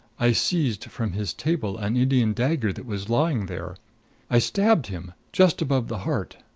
i seized from his table an indian dagger that was lying there i stabbed him just above the heart!